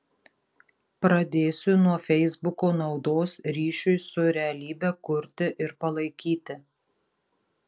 pradėsiu nuo feisbuko naudos ryšiui su realybe kurti ir palaikyti